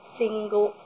single